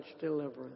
deliverance